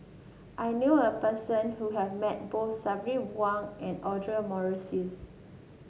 I knew a person who have met both Sabri Buang and Audra Morrice